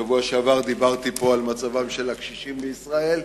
בשבוע שעבר דיברתי על מצבם של הקשישים בישראל,